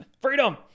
Freedom